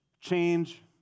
change